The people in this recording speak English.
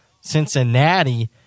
Cincinnati